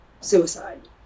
suicide